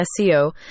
SEO